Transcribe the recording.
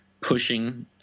pushing